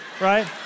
right